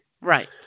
Right